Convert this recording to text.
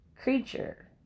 creature